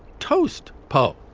toast pope.